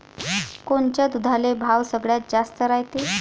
कोनच्या दुधाले भाव सगळ्यात जास्त रायते?